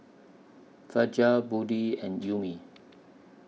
Fajar Budi and Ummi